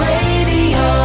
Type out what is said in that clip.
Radio